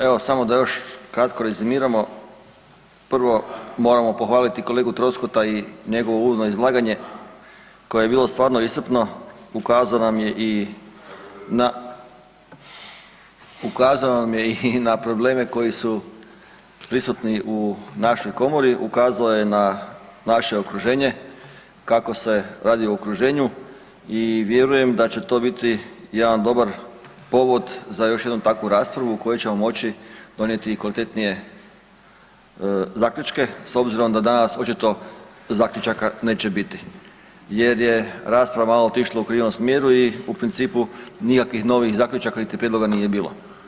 Evo samo da još kratko rezimiramo prvo, moramo pohvaliti kolegu Troskota i njegovo uvodno izlaganje koje je bilo stvarno iscrpno, ukazao nam je i na probleme koji su prisutni u našoj komori, ukazao je na naše okruženje kako se radi u okruženju i vjerujem da će to biti jedan dobar povod za još jednu takvu raspravu u koju ćemo moći donijeti i kvalitetnije zaključke s obzirom da danas očito zaključaka neće biti jer je rasprava malo otišla u krivom smjeru i u principu nikakvih novih zaključaka niti prijedloga nije bilo.